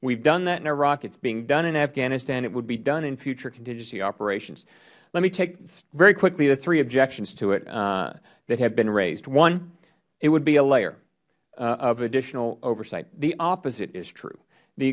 have done that in iraq it is being done in afghanistan it would be done in future contingency operations let me take very quickly there are three objections to it that have been raised one it would be a layer of additional oversight the opposite is true the